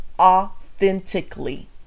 authentically